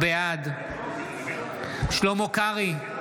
בעד שלמה קרעי,